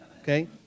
okay